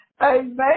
Amen